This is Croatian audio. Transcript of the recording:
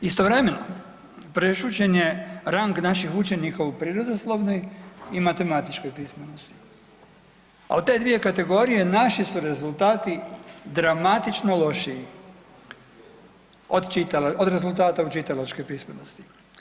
Istovremeno prešućen je rang naših učenika u prirodoslovnoj i matematičkoj pismenosti a u te dvije kategorije naši su rezultati dramatično lošiji od rezultata u čitalačkoj pismenosti.